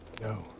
no